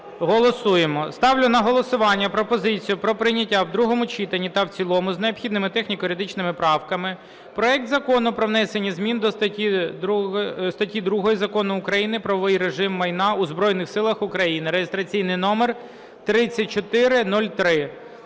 Голосуємо. Ставлю на голосування пропозицію про прийняття в другому читанні та в цілому з необхідними техніко-юридичними правками проект Закону про внесення зміни до статті 2 Закону України "Про правовий режим майна у Збройних Силах України" (реєстраційний номер 3403).